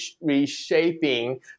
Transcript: reshaping